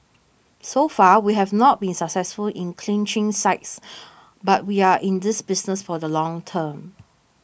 so far we have not been successful in clinching sites but we are in this business for the long term